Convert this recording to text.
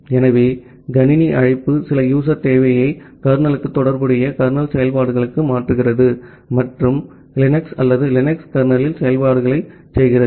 ஆகவே கணினி அழைப்பு சில யூசர் தேவையை கர்னலுடன் தொடர்புடைய கர்னல் செயல்பாடுகளுக்கு மாற்றுகிறது மற்றும் லினக்ஸ் அல்லது யுனிக்ஸ் கர்னலில் செயல்பாடுகளைச் செய்கிறது